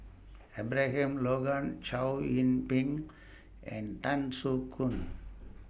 Abraham Logan Chow Yian Ping and Tan Soo Khoon